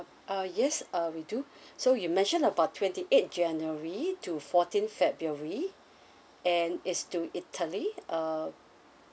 uh yes uh we do so you mentioned about twenty eighth january to fourteenth february and is to italy uh